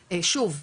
שוב,